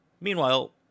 Meanwhile